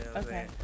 okay